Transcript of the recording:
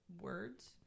words